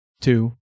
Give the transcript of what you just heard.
two